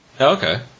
Okay